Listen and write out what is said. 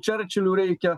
čerčilių reikia